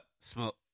smoke